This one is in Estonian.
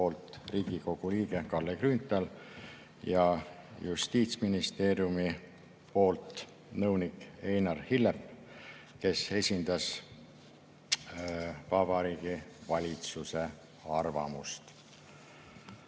Riigikogu liige Kalle Grünthal ja Justiitsministeeriumi nõunik Einar Hillep, kes esindas Vabariigi Valitsuse arvamust.